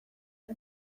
bat